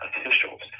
officials